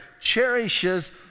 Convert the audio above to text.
cherishes